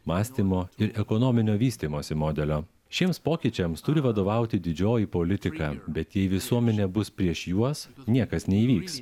mąstymo ir ekonominio vystymosi modelio šiems pokyčiams turi vadovauti didžioji politika bet jei visuomenė bus prieš juos niekas neįvyks